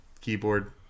keyboard